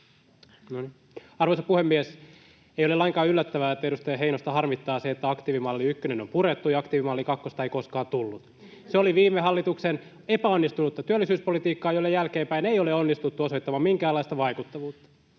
Arvoisa puhemies! Ei ole lainkaan yllättävää, että edustaja Heinosta harmittaa se, että aktiivimalli ykkönen on purettu ja aktiivimalli kakkosta ei koskaan tullut. Se oli viime hallituksen epäonnistunutta työllisyyspolitiikkaa, jolle jälkeenpäin ei ole onnistuttu osoittamaan minkäänlaista vaikuttavuutta.